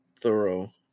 thorough –